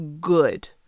good